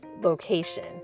location